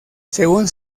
según